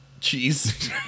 Cheese